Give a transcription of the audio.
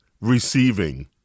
receiving